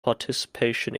participation